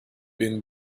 been